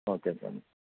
okay sir